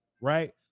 right